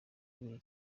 buri